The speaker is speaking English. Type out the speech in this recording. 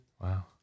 wow